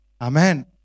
Amen